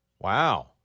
Wow